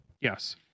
Yes